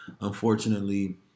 unfortunately